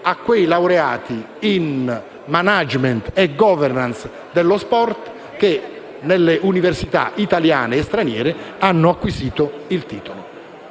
motorie e in *management* e *governance* dello sport che nelle università italiane o straniere hanno acquisito il titolo.